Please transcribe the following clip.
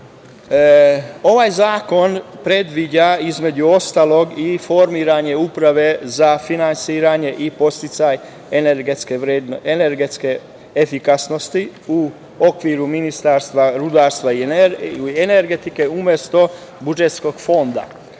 Ovaj zakon predviđa između ostalog i formiranje Uprave za finansiranje i podsticaj energetske efikasnosti u okviru Ministarstva rudarstva i energetike, umesto budžetskog Fonda